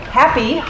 happy